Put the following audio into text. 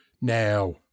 Now